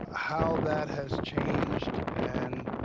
how that has changed and